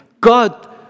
God